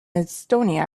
estonia